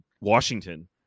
Washington